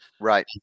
Right